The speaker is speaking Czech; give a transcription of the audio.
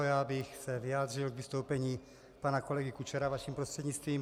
Já bych se vyjádřil k vystoupení pana kolegy Kučery vaším prostřednictvím.